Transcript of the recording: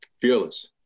fearless